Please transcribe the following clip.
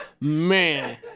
Man